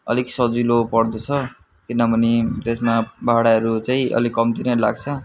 अलिक सजिलो पर्दछ किनभने त्यसमा भाडाहरू चाहिँ अलिक कम्ती नै लाग्छ